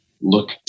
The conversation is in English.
look